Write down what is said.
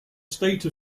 state